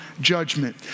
judgment